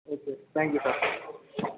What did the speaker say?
okay thank you sir